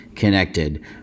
Connected